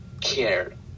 cared